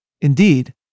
Indeed